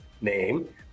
name